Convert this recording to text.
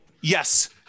Yes